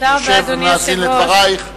יושב ומאזין לדברייך.